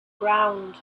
ground